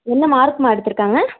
என்ன மார்க்மா எடுத்திருக்காங்க